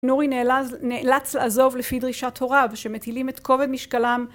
נורי נאלץ לעזוב לפי דרישת הוריו שמטילים את כובד משקלם